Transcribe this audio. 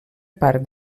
part